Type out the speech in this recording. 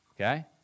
okay